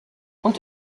und